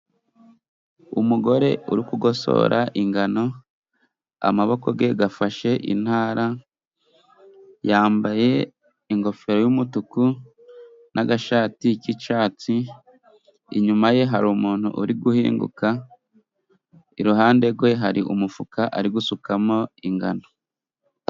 Umugore uri kugosora ingano, amaboko ye afashe intara, yambaye ingofero y'umutuku n'agashati k'icyatsi, inyuma ye hari umuntu uri guhinguka, iruhande rwe hari umufuka ari gusukamo ingano.